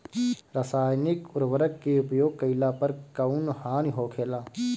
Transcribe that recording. रसायनिक उर्वरक के उपयोग कइला पर कउन हानि होखेला?